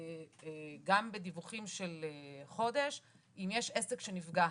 גם בדיווחים של חודש, אם יש עסק שנפגע.